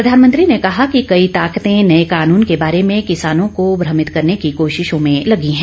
प्रधानमंत्री ने कहा कि कई ताकतें नए कानून के बारे में किसानों को भ्रमित करने की कोशिशों में लगी है